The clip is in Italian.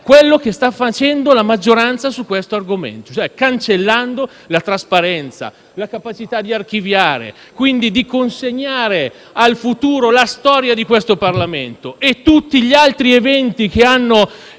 quello che sta facendo la maggioranza sull'argomento, cancellando la trasparenza, la capacità di archiviare e di consegnare al futuro la storia di questo Parlamento e tutti gli altri eventi che hanno